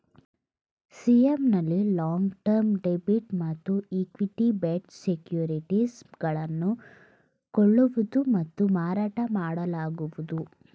CM ನಲ್ಲಿ long term debit ಮತ್ತು equity based securities ಗಳನ್ನು ಕೊಳ್ಳುವುದು ಮತ್ತು ಮಾರಾಟ ಮಾಡಲಾಗುವುದು